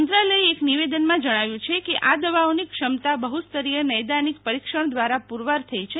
મંત્રાલયે એક નિવેદનમાં જણાવ્યું છે કે આ દવાઓની ક્ષમતા બહુસ્તરીય નૈદાનીક પરીક્ષણ દ્વારા પુરવાર થઇ છે